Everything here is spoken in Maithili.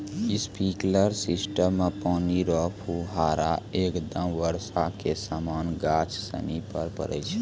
स्प्रिंकलर सिस्टम मे पानी रो फुहारा एकदम बर्षा के समान गाछ सनि पर पड़ै छै